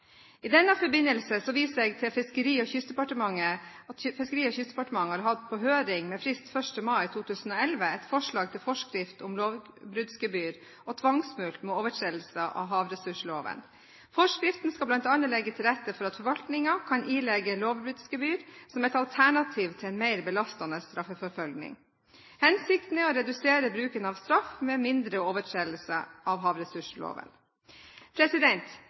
I denne forbindelse viser jeg til at Fiskeri- og kystdepartementet har hatt på høring, med frist 1. mai 2011, et forslag til forskrift om lovbruddsgebyr og tvangsmulkt ved overtredelser av havressursloven. Forskriften skal bl.a. legge til rette for at forvaltningen kan ilegge lovbruddsgebyr som et alternativ til en mer belastende straffeforfølging. Hensikten er å redusere bruken av straff ved mindre overtredelser av